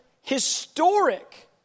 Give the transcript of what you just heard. historic